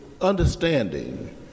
understanding